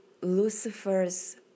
Lucifer's